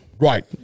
Right